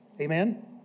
Amen